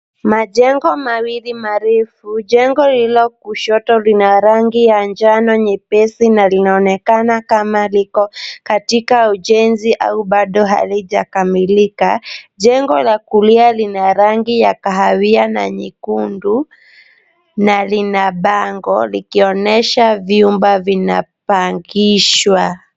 Majengo mawili marefu. Jengo lililo kushoto lina rangi ya njano nyepesi na linaonekana kama liko katika ujenzi au bado halijakamilika. Jengo la kulia lina rangi ya kahawia na nyekundu, na lina bango likionyesha vyumba vinapangishwa.